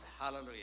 Hallelujah